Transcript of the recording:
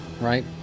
right